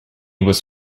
was